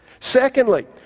Secondly